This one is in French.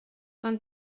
vingt